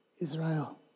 Israel